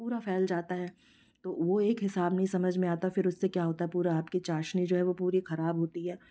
पूरा फैल जाता है तो वो एक हिसाब नहीं समझ में आता फिर उससे क्या होता है पूरा आपके चाशनी जो है वह पूरी खराब होती है